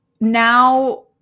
now